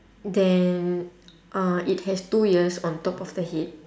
then uh it has two ears on top of the head